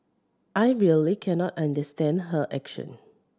I really cannot understand her action